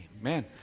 amen